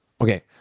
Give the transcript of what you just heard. Okay